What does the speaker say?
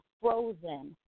frozen